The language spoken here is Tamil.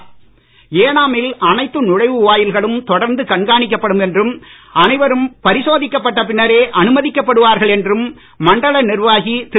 தொடர்ந்து ஏனாமில் அனைத்து நுழைவு வாயில்களும் கண்காணிக்கப்படும் என்றும் அனைவரும் பரிசோதிக்கப்பட்ட பின்னரே அனுமதிக்கப்படுவார்கள் என்றும் மண்டல நிர்வாகி திரு